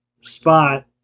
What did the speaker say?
spot